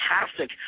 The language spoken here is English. fantastic